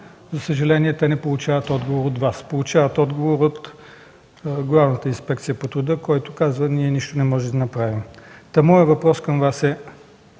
за съжаление, те не получават отговор от Вас, а от Главната инспекция по труда, която казва, че нищо не може да направи. Моят въпрос към Вас е: